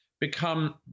become